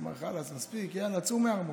אמר: חלאס, מספיק, יאללה, צאו מהארמון,